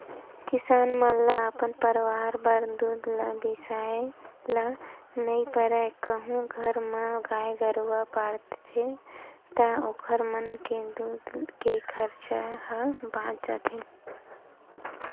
किसान मन ल अपन परवार बर दूद ल बिसाए ल नइ परय कहूं घर म गाय गरु पालथे ता ओखर मन के दूद के खरचा ह बाच जाथे